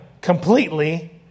completely